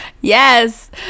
Yes